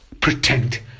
pretend